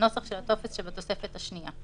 הנוסח של הטופס שבתוספת השנייה.".